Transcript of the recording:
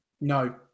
No